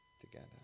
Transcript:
together